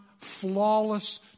flawless